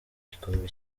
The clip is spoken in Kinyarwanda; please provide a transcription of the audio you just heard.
gikombe